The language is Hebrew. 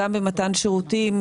גם במתן שירותים,